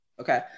Okay